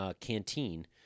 Canteen